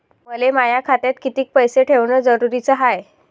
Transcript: मले माया खात्यात कितीक पैसे ठेवण जरुरीच हाय?